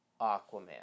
Aquaman